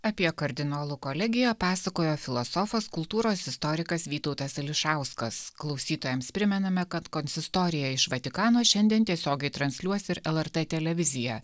apie kardinolų kolegiją pasakojo filosofas kultūros istorikas vytautas ališauskas klausytojams primename kad konsistorija iš vatikano šiandien tiesiogiai transliuos ir lrt televizija